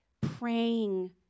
praying